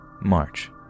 March